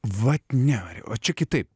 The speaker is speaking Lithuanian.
vat ne o čia kitaip